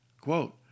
quote